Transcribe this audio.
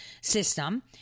system